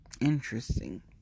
Interesting